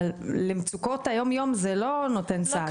אבל למצוקות היום-יום זה לא נותן סעד.